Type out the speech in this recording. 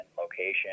location